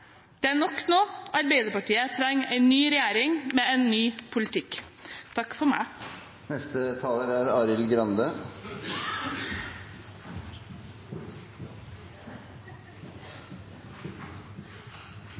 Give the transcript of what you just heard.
Det er nok nå. Arbeiderpartiet vil ha en ny regjering med en ny politikk. Det er siste møtedag i perioden, og det er tid for